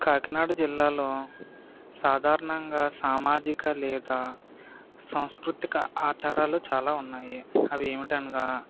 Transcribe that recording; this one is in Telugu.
కాకినాడ జిల్లాలో సాధారణంగా సామాజిక లేదా సంస్కృతిక ఆచారాలు చాలా ఉన్నాయి అవి ఏమిటనగా